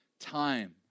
time